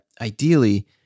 ideally